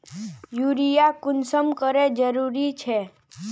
Urea कुंसम करे जरूरी छै?